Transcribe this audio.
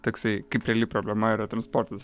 toksai kaip reali problema yra transportas